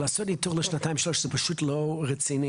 ולעשות ניטור לשנתיים-שלוש, זה פשוט לא רציני.